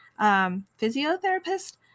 physiotherapist